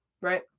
right